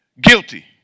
Guilty